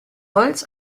holz